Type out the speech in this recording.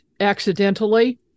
accidentally